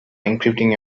encrypting